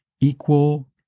equal